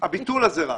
הביטול הזה.